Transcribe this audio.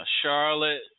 Charlotte